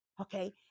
Okay